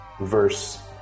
Verse